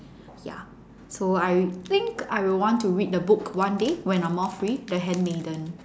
ya so I think I will want to read the book one day when I'm more free the handmaiden